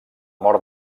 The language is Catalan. mort